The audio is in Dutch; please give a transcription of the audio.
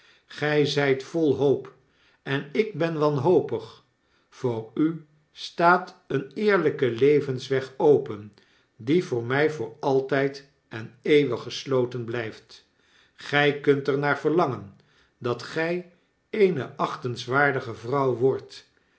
vol hoop en ik ben wanhopig voor u staat een eerlyke levensweg open die voor my voor altyd en eeuwig gesloten blyft gy kunt er naar verlangen dat gy eene achtingswaardige vrouw wordt